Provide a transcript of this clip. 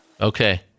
Okay